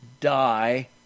die